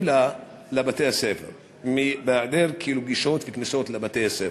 לבתי-הספר בהיעדר גישות וכניסות לבתי-הספר.